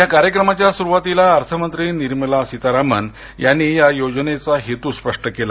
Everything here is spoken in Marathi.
या कार्यक्रमाच्या सुरुवातीला अर्थमंत्री निर्मला सीतारामन यांनी या योजनेचा हेतू स्पष्ट केला